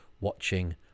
watching